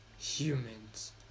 humans